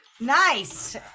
Nice